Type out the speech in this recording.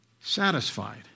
satisfied